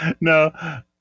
No